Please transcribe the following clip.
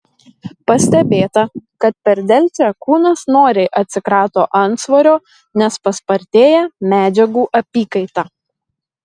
pastebėta kad per delčią kūnas noriai atsikrato antsvorio nes paspartėja medžiagų apykaita